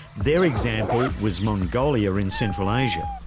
their example was mongolia in central asia,